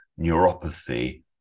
neuropathy